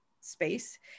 space